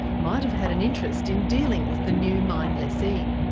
might have had an interest in dealing with the new mine lessee.